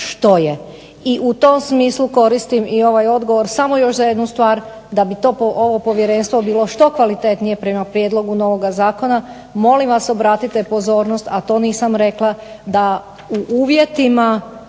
I u tom smislu koristim i ovaj odgovor samo za još jednu stvar, da bi ovo povjerenstvo bilo što kvalitetnije prema prijedlogu novoga zakona, molim vas obratite pozornost, a to nisam rekla, da u uvjetima